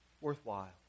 worthwhile